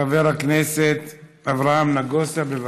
חבר הכנסת נגוסה,